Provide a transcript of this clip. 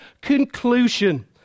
conclusion